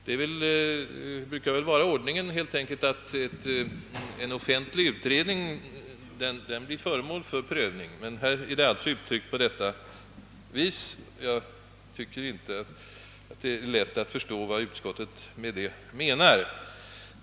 Det hör väl till rutinen att en offentlig utredning prövas i denna ordning? Det är inte lätt att förstå vad utskottet menar.